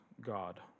God